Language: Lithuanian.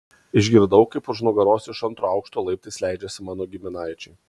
išgirdau kaip už nugaros iš antro aukšto laiptais leidžiasi mano giminaičiai